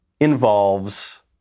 involves